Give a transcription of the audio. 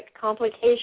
complications